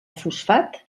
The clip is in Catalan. fosfat